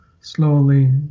slowly